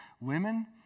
women